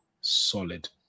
solid